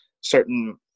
certain